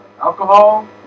alcohol